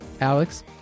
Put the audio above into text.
Alex